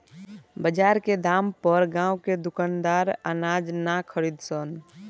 बजार के दाम पर गांव के दुकानदार अनाज ना खरीद सन